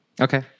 Okay